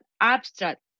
abstract